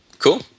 Cool